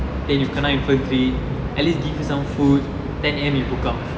then you kena infantry at least give you some food ten A_M you book out